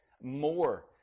More